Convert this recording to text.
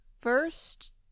first